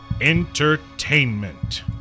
Entertainment